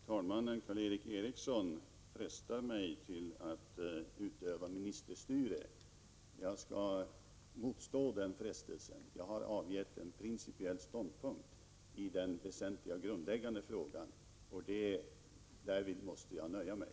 Herr talman! Karl Erik Eriksson frestar mig att utöva ministerstyre. Jag skall motstå den frestelsen. Jag har avgett en principiell ståndpunkt i den väsentliga och grundläggande frågan, och därmed måste jag nöja mig.